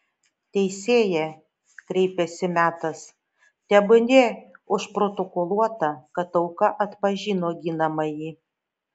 teisėja kreipėsi metas tebūnie užprotokoluota kad auka atpažino ginamąjį